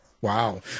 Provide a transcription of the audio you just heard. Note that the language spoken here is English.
Wow